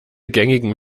gängigen